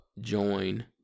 Join